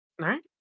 right